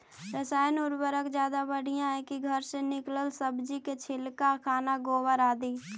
रासायन उर्वरक ज्यादा बढ़िया हैं कि घर से निकलल सब्जी के छिलका, खाना, गोबर, आदि?